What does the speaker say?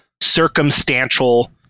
circumstantial